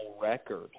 record